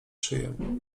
szyję